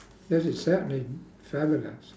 yes it's certainly fabulous